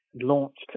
launched